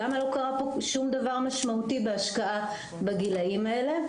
למה לא קרה פה שום דבר משמעותי בהשקעה בגילאים האלה?